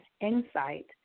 insight